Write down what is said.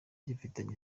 gifitanye